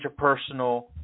interpersonal